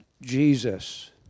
Jesus